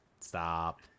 stop